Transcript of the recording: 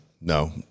no